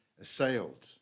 assailed